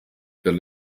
per